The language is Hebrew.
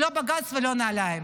לא בג"ץ ולא נעליים.